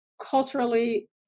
culturally